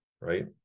right